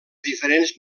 diferents